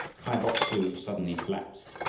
kai bok-su suddenly collapsed.